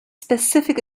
specific